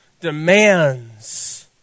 demands